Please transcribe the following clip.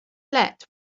let